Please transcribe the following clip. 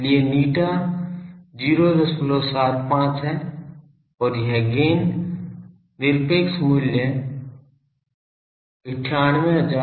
इसलिए η 075 है और यह गेन निरपेक्ष मूल्य 98696 है